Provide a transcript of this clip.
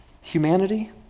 humanity